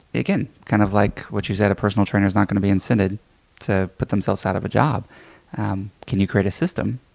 again, kind of like what you said a personal trainer is not going to be incented to put themselves out of a job can you create a system,